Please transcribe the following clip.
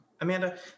Amanda